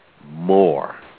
More